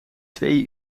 twee